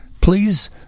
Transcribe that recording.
please